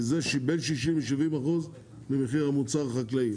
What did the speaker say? כי זה בין 60-70 אחוז ממחיר המוצר החקלאי,